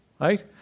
right